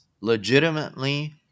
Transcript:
legitimately